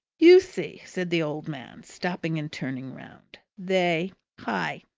you see, said the old man, stopping and turning round, they hi!